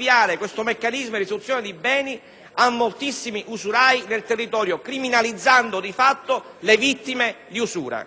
un meccanismo di restituzione di beni a moltissimi usurai nel territorio, criminalizzando di fatto le vittime di usura.